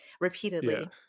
repeatedly